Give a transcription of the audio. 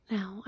Now